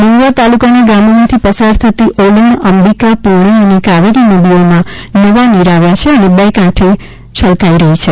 મહુવા તાલુકાના ગામોમાંથી પસાર થતી ઓલણઅંબિકાપૂર્ણા અને કાવેરી નદીઓમાં નવા નીર આવ્યા છે અને બે કાંઠે છલકાઇ રહી છે